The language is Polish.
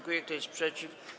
Kto jest przeciw?